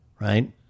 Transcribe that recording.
right